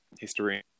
history